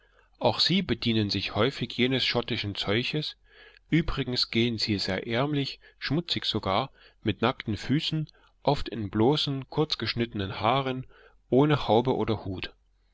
auch sie bedienen sich häufig jenes schottischen zeuches übrigens gehen sie sehr ärmlich schmutzig sogar mit nackten füßen oft in bloßen kurz geschnittenen haaren ohne haube oder hut